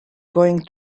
going